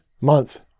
month